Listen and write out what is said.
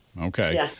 okay